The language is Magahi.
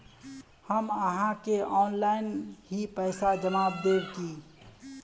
हम आहाँ के ऑनलाइन ही पैसा जमा देब की?